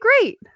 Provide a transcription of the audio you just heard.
great